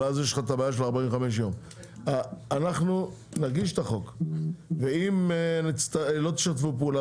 אנחנו נגיש את החוק ואם לא תשתפו פעולה